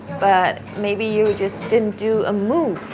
but maybe you just didn't do a move.